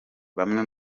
bamwe